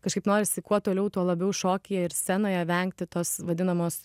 kažkaip norisi kuo toliau tuo labiau šokyje ir scenoje vengti tos vadinamos